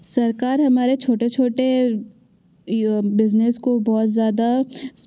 सरकार हमारे छोटे छोटे बिजनेस को बहुत ज़्यादा